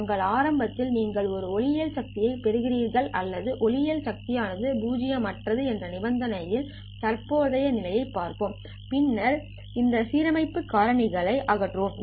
நாங்கள் ஆரம்பத்தில் நீங்கள் ஒரு ஒளியியல் சக்தியைப் பெற்றுள்ளீர்கள் அல்லது ஒளியியல் சக்தி ஆனது பூஜ்ஜியமற்றது என்ற நிபந்தனையின் அடிப்படையில் தற்போதைய நிலையைப் பார்ப்போம் பின்னர் இந்த சீரமைப்பு காரணிகள் அகற்றுவோம்